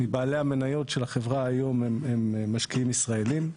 מבעלי המניות של החברה היום הם משקיעים ישראלים,